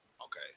Okay